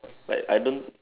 like I don't